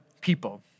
people